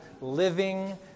Living